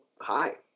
hi